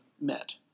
met